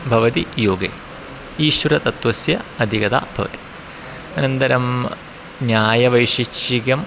भवति योगे ईश्वरतत्वस्य अधिकता भवति अनन्तरं न्यायवैशेषिकम्